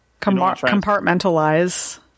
Compartmentalize